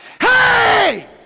Hey